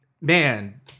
man